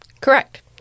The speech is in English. Correct